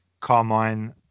Carmine